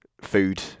Food